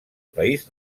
país